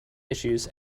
issues